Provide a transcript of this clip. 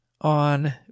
on